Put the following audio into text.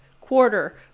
quarter